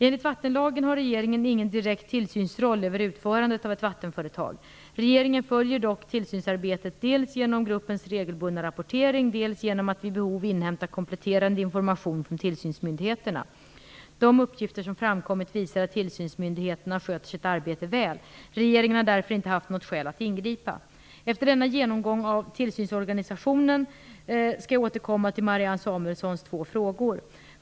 Enligt vattenlagen har regeringen inte någon direkt tillsynsroll när det gäller utförandet av ett vattenföretag. Regeringen följer dock tillsynsarbetet dels genom gruppens regelbundna rapportering, dels genom att vid behov inhämta kompletterande information från tillsynsmyndigheterna. De uppgifter som framkommit visar att tillsynsmyndigheterna sköter sitt arbete väl. Regeringen har därför inte haft något skäl att ingripa. Efter denna genomgång av tillsynsorganisationen skall jag återkomma till Marianne Samuelssons två frågor.